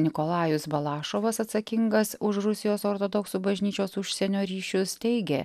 nikolajus balašovas atsakingas už rusijos ortodoksų bažnyčios užsienio ryšius teigė